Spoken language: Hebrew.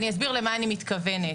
ואסביר למה אני מתכוונת.